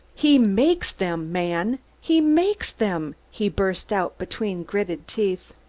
he makes them, man! he makes them! he burst out between gritting teeth.